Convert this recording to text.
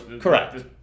correct